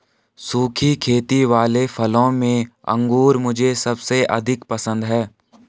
सुखी खेती वाले फलों में अंगूर मुझे सबसे अधिक पसंद है